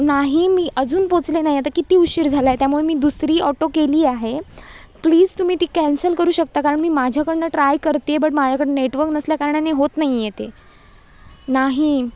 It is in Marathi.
नाही मी अजून पोचले नाही आता किती उशीर झाला आहे त्यामुळं मी दुसरी ऑटो केली आहे प्लिज तुम्ही ती कॅन्सल करू शकता कारण मी माझ्याकडून ट्राय करत आहे बट माझ्याकडे नेटवर्क नसल्याकारणाने होत नाही आहे ते नाही